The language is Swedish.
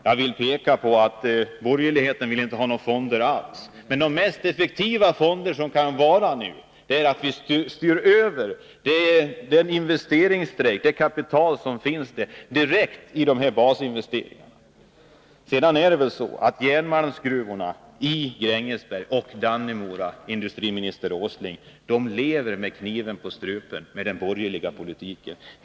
Jag vill peka på att borgerligheten inte vill ha några fonder alls. Men de mest effektiva fonder det kan bli tal om nu är att vi direkt styr över det kapital som finns till dessa basinvesteringar. Järnmalmsgruvorna i Grängesberg och Dannemora, industriminister Åsling, lever med kniven på strupen med den borgerliga politiken.